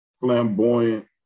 flamboyant